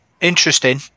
interesting